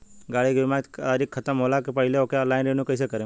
गाड़ी के बीमा के तारीक ख़तम होला के पहिले ओके ऑनलाइन रिन्यू कईसे करेम?